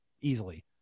easily